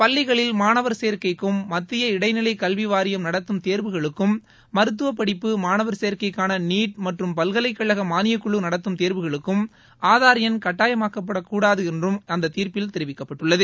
பள்ளிகளில் மாணவர் சேர்க்கைக்கும் மத்திய இடடநிலை கல்விவாரியம் நடத்தும் தேர்வுகளுக்கும் மருத்துவப்படிப்பு மாணவர் சேர்க்கைக்கான நீட மற்றும் பல்கலைக்குழு மாளியக்குழுநடத்தும் தேர்வுகளுக்கு ஆதார் எண் கட்டாயமாக்கக்கூடாது என்றும் அந்த தீர்ப்பில் தெரிவிக்கப்பட்டுள்ளது